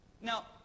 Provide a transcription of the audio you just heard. Now